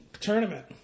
tournament